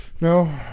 No